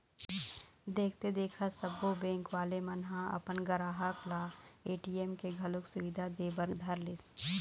देखथे देखत सब्बो बेंक वाले मन ह अपन गराहक ल ए.टी.एम के घलोक सुबिधा दे बर धरलिस